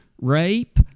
rape